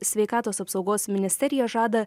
sveikatos apsaugos ministerija žada